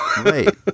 Right